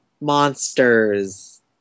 monsters